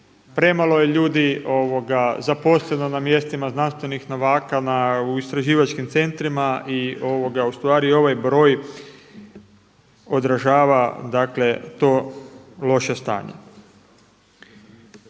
premalo je ljudi zaposleno na mjestima znanstvenih novaka u istraživačkim centrima i ovaj broj odražava to loše stanje.